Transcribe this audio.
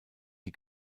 die